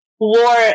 War